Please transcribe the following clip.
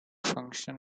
function